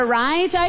right